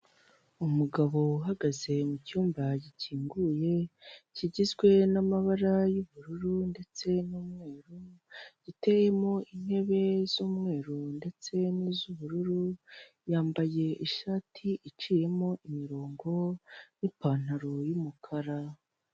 Umugabo uhagaze mucyumba gikinguye kigizwe n'amabara y'ubururu ndetse n'umweru giteyemo intebe z'umweru ndetse niz'ubururu yambaye ishati iciyemo imirongo n'ipantaro yumukara .